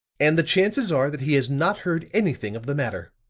and the chances are that he has not heard anything of the matter.